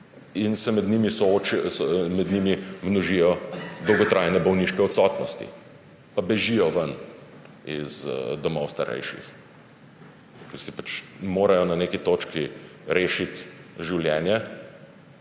in se med njimi množijo dolgotrajne bolniške odsotnosti pa bežijo iz domov starejših, ker si pač morajo na neki točki rešiti življenje.